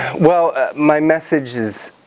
well my message is